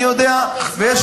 נכון, יכול להיות, אז מה?